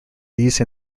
these